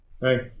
Hey